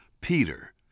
Peter